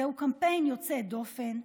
זהו קמפיין יוצא דופן,